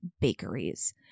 bakeries